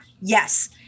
Yes